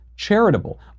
charitable